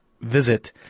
visit